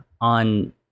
on